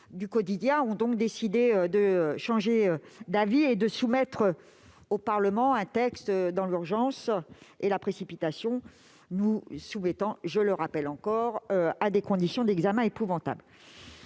du quotidien, ont donc changé d'avis et décidé de soumettre au Parlement un texte dans l'urgence et la précipitation, nous imposant- je le rappelle -des conditions d'examen épouvantables.